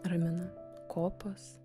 ramina kopos